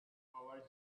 our